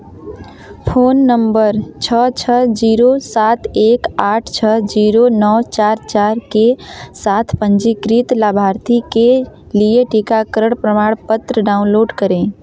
phone number छः छः zero सात एक आठ छः जीरो नौ चार चार के साथ पंजीकृत लाभार्थी के लिए टीकाकरण प्रमाणपत्र डाउनलोड करें